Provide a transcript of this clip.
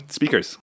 Speakers